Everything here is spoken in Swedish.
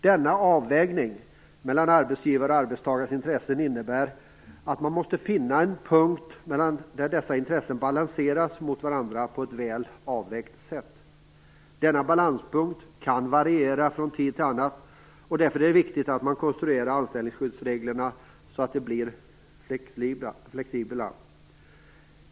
Denna avvägning mellan arbetsgivares och arbetstagares intressen innebär att man måste finna en punkt där dessa intressen balanseras mot varandra på ett väl avvägt sätt. Denna balanspunkt kan variera från tid till annan. Därför är det viktigt att anställningsskyddsreglerna konstrueras så att de blir flexibla.